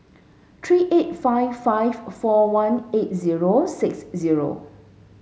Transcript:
three eight five five four one eight zero six zero